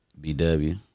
BW